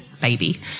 baby